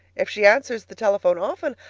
if she answers the telephone often,